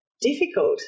difficult